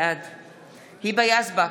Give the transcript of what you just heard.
בעד היבה יזבק,